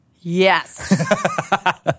Yes